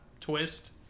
twist